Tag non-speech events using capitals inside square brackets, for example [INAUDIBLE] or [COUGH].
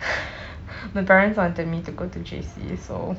[NOISE] my parents wanted me to go to J_C so